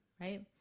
right